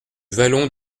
vallon